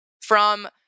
from-